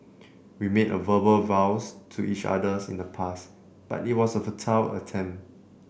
we made a verbal vows to each others in the past but it was a futile attempt